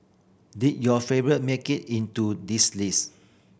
did your favourite make it into this list